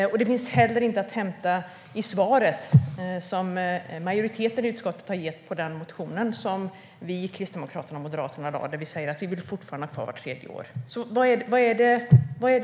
Argumenten finns heller inte att hämta i det svar som majoriteten i utskottet gett på motionen från oss, Kristdemokraterna och Moderaterna, där vi skriver att vi fortfarande vill att lönekartläggningar ska göras vart tredje år. Vad är det ni vill uppnå?